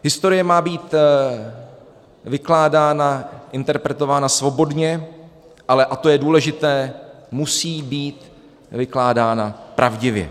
Historie má být vykládána, interpretována svobodně, ale a to je důležité musí být vykládána pravdivě.